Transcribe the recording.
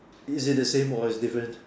is it the same or is different